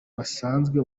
basanzwe